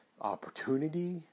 opportunity